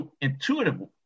intuitive